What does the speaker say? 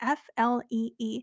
FLEE